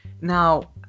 now